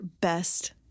best